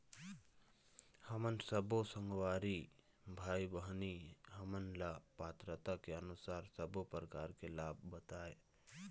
हमन सब्बो संगवारी भाई बहिनी हमन ला पात्रता के अनुसार सब्बो प्रकार के लाभ बताए?